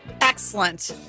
Excellent